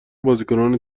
بازیکنان